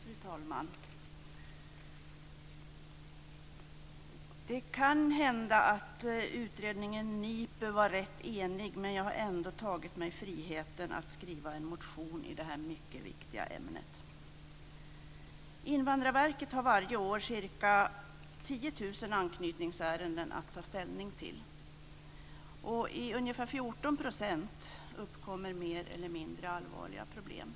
Fru talman! Det kan hända att NIPU-utredningen var rätt enig, men jag har ändå tagit mig friheten att skriva en motion i det här mycket viktiga ämnet. Invandrarverket har varje år ca 10 000 anknytningsärenden att ta ställning till. I ungefär 14 % av ärendena uppkommer mer eller mindre allvarliga problem.